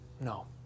No